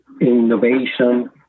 innovation